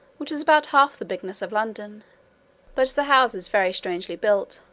which is about half the bigness of london but the houses very strangely built,